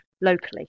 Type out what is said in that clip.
locally